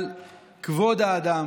על כבוד האדם.